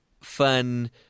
fun